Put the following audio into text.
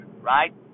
right